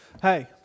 Hey